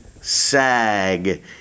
sag